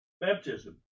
baptism